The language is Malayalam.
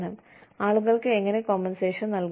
കൂടാതെ ആളുകൾക്ക് എങ്ങനെ കോമ്പൻസേഷൻ നൽകണം